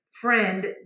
friend